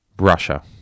Russia